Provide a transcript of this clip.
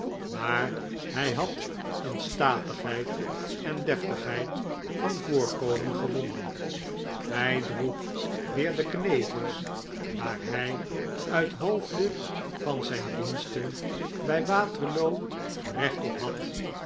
maar hij had in statigheid en deftigheid van voorkomen gewonnen hij droeg weer de knevels waar hij uit hoofde van zijn diensten bij waterloo recht op had